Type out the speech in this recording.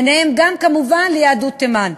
ובהן גם, כמובן, יהדות תימן.